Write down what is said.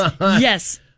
Yes